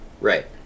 Right